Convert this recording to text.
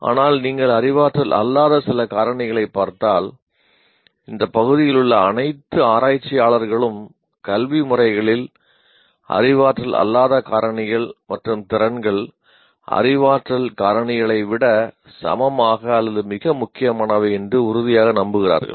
ஆனால் நீங்கள் அறிவாற்றல் அல்லாத சில காரணிகளைப் பார்த்தால் இந்த பகுதியிலுள்ள அனைத்து ஆராய்ச்சியாளர்களும் கல்வி முறைகளில் அறிவாற்றல் அல்லாத காரணிகள் மற்றும் திறன்கள் அறிவாற்றல் காரணிகளை விட சமமாக அல்லது மிக முக்கியமானவை என்று உறுதியாக நம்புகிறார்கள்